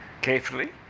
carefully